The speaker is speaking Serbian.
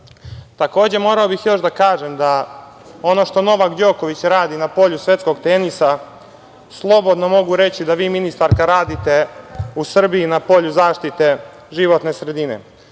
svetlu. Morao bih još da kažem da ono što Novak Đoković radi na polju svetskog tenisa, slobodno mogu reći da vi, ministarka, radite u Srbiji na polju zaštite životne sredine.